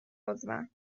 عضوم